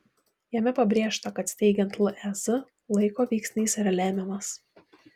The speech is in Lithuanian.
jame pabrėžta kad steigiant lez laiko veiksnys yra lemiamas